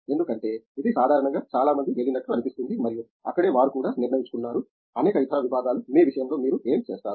ఎందుకంటే ఇది సాధారణంగా చాలా మంది వెళ్ళినట్లు అనిపిస్తుంది మరియు అక్కడే వారు కూడా నిర్ణయించుకున్నారు అనేక ఇతర విభాగాలు మీ విషయంలో మీరు ఏమి చూస్తారు